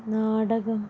നാടകം